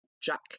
Jack